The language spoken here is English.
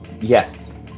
yes